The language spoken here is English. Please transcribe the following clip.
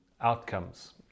outcomes